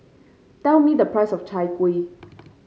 tell me the price of Chai Kuih